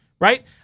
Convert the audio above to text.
Right